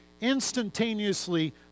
instantaneously